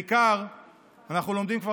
אנחנו לומדים להכיר ולעבוד עם אנשים חדשים,